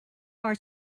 our